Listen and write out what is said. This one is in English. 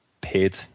paid